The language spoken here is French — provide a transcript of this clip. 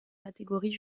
catégories